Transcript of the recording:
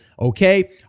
okay